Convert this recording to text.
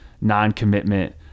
non-commitment